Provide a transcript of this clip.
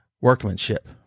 workmanship